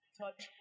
touch